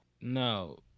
No